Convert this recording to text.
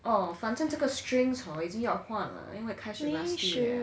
oh 反正这个 strings hor 要换了因为开始 rusty 了